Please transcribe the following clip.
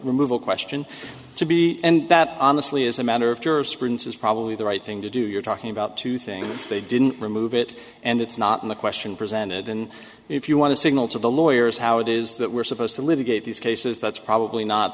removal question to be and that honestly is a matter of jurisprudence is probably the right thing to do you're talking about two things they didn't remove it and it's not in the question presented and if you want to signal to the lawyers how it is that we're supposed to litigate these cases that's probably not